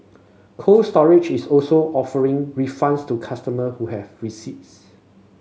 Cold Storage is also offering refunds to customer who have receipts